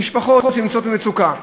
בעזרה למשפחות שנמצאות במצוקה,